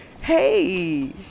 hey